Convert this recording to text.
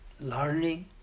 learning